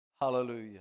Hallelujah